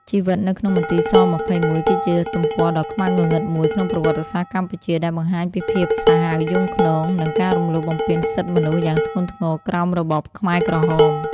ជីវិតនៅក្នុងមន្ទីរស-២១ គឺជាទំព័រដ៏ខ្មៅងងឹតមួយក្នុងប្រវត្តិសាស្ត្រកម្ពុជា ដែលបង្ហាញពីភាពសាហាវយង់ឃ្នង និងការរំលោភបំពានសិទ្ធិមនុស្សយ៉ាងធ្ងន់ធ្ងរក្រោមរបបខ្មែរក្រហម។